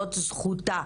זאת זכותה.